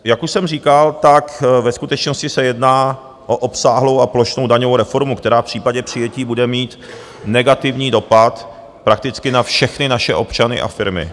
Jak už jsem říkal, tak ve skutečnosti se jedná o obsáhlou a plošnou daňovou reformu, která v případě přijetí bude mít negativní dopad prakticky na všechny naše občany a firmy.